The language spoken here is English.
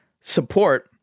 support